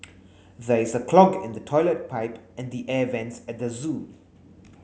there is a clog in the toilet pipe and the air vents at the zoo